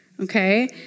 Okay